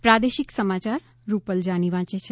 પ્રાદેશિક સમાચાર રૂપલ જાની વાંચે છે